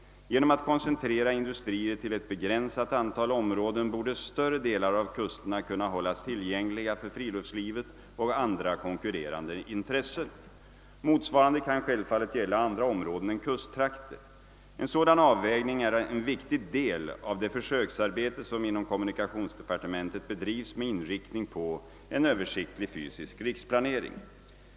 Genom att industrier koncentreras till ett begränsat antal områden borde större delar av kusterna kunna hållas tillgängliga för friluftslivet och andra konkurrerande intressen. Motsvarande kan självfallet gälla andra områden än kusttrakter. En sådan avvägning är en viktig del av det försöksarbete som inom kommunikationsdepartementet bedrivs med inriktning på en översiktlig fysisk riksplanering.